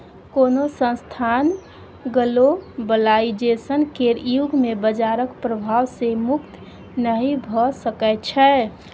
कोनो संस्थान ग्लोबलाइजेशन केर युग मे बजारक प्रभाव सँ मुक्त नहि भऽ सकै छै